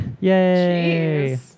Yay